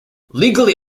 legally